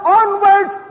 onwards